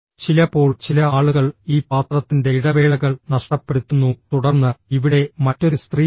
ചിലപ്പോൾ ചില ആളുകൾ ഈ പാത്രത്തിൻറെ ഇടവേളകൾ നഷ്ടപ്പെടുത്തുന്നു തുടർന്ന് ഇവിടെ മറ്റൊരു സ്ത്രീയുണ്ട്